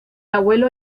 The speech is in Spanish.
abuelo